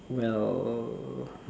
well